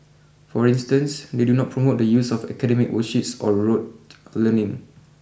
for instance they do not promote the use of academic worksheets or rote learning